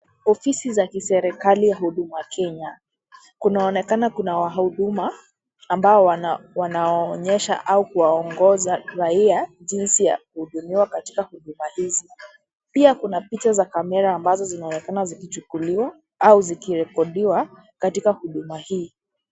Ofisi za kiserikali Huduma Kenya. Kunaonekana kuna wa huduma ambao wana waonyesha au kuwaongoza raia, jinsi ya kuhudumiwa katika huduma hizi. Pia kuna picha za kamera ambazo zinaonekana zikichukuliwa au zikirekodiwa katika huduma hii.